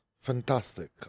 fantastic